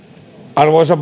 arvoisa